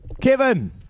Kevin